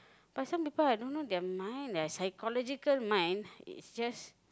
but some people I don't know their mind psychological mind is just